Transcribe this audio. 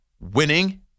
winning